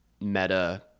Meta